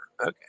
Okay